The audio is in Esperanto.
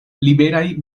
liberaj